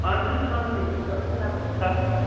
हजुर सामानहरू एकदमै राम्रो छ